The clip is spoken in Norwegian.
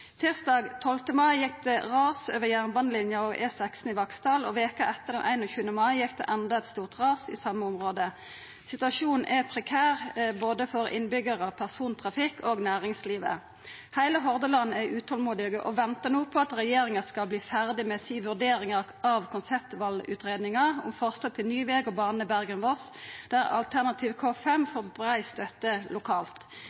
mai gjekk det ras over jernbanelinja og E16 i Vaksdal, og veka etter, den 21 . mai, gjekk det enda eit stort ras i same område Situasjonen er prekær både for innbyggjarar, persontrafikk og næringslivet. Heile Hordaland er utolmodig og ventar no på at regjeringa skal verta ferdig med si vurdering av konseptvalutgreiinga om forslag til ny veg og bane Bergen–Voss, der alternativ